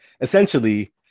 essentially